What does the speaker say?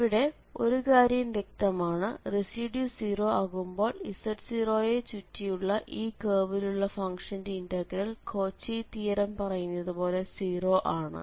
ഇവിടെ ഒരു കാര്യം വ്യക്തമാണ് റെസിഡ്യൂ 0 ആകുമ്പോൾ z0 നെ ചുറ്റിയുള്ള ഈ കേർവിലുള്ള ഫംഗ്ഷന്റെ ഇന്റഗ്രൽ കോച്ചി തിയറം പറയുന്നതുപോലെ 0 ആണ്